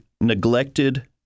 neglected